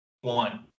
one